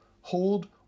hold